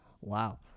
Wow